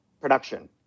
production